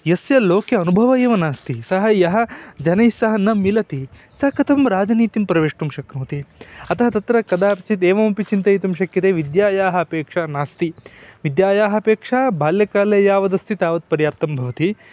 यस्य लोके अनुभवः एव नास्ति सः यः जनैः सह न मिलति सः कथं राजनीतिं प्रवेष्टुं शक्नोति अतः तत्र कदाचित् एवमपि चिन्तयितुं शक्यते विद्यायाः अपेक्षा नास्ति विद्यायाः अपेक्षा बाल्यकाले यावदस्ति तावत् पर्याप्तं भवति